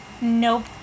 Nope